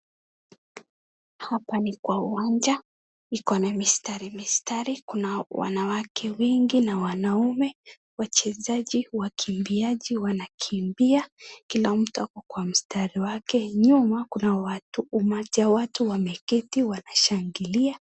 Hapa ni kwa uwanja ikona mistari mistari kuna wanawake wengi na wanaume wachezaji wakimbiaji wanakimbia kila mtu ako kwa mstari wake nyuma kuna watu, umati wa watu wameketi wanashangilia .